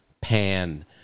Pan